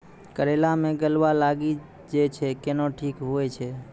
करेला मे गलवा लागी जे छ कैनो ठीक हुई छै?